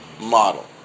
model